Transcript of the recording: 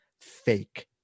fake